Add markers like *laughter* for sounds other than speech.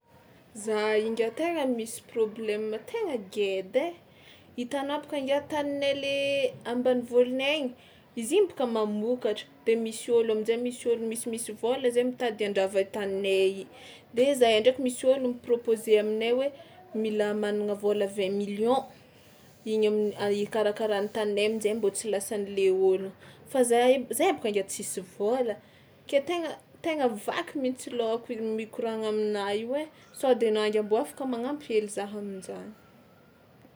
Za i ngiahy tegna misy problème tegna geda ai, hitanà boka ngiahy taninay le ambanivôlonay any, izy i bôka mamokatra de misy ôlo amin-jay misy ôlo misimisy vôla zay mitady handoava taninay i de zahay ndraiky misy ôlo mi-proposer aminay hoe mila managna vôla vingt millions, igny am- *hesitation* ikarakarany taninay amin-jay mbô tsy lasan'le ôlona, fa zahay zahay bôka ngiahy tsisy vôla ke tegna tegna vaky mihitsy lôhako io mikoragna aminà io ai, sao de anà ngiahy mbô afaka magnampy hely zaha amin-jany?